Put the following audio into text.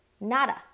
Nada